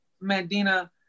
Medina